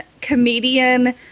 comedian